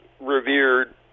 revered